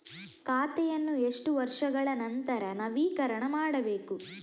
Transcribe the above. ಖಾತೆಯನ್ನು ಎಷ್ಟು ವರ್ಷಗಳ ನಂತರ ನವೀಕರಣ ಮಾಡಬೇಕು?